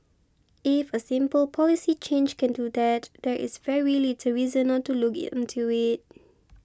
if a simple policy change can do that there is very little reason not to look into it